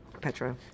Petra